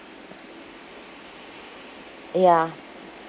ya